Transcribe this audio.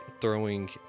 throwing